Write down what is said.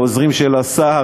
לעוזרים של השר,